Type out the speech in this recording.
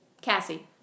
Cassie